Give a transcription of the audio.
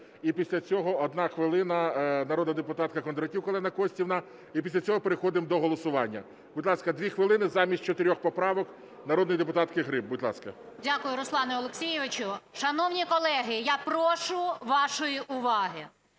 і після цього 1 хвилина – народна депутатка Кондратюк Олена Костівна. І після цього переходимо до голосування. Будь ласка, 2 хвилини замість чотирьох поправок народної депутатки Гриб. Будь ласка. 14:43:52 ГРИБ В.О. Дякую, Руслане Олексійовичу. Шановні колеги, я прошу вашої уваги.